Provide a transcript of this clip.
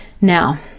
Now